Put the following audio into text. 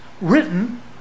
written